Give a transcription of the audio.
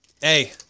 hey